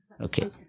Okay